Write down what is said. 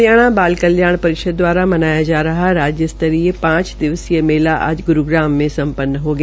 हरियाणा बाल कल्याण परिषद दवारा मनाया जा रहा राज्य स्तरीय पांच दिवसीय मेला आज ग्रूग्राम में सम्पन हो गया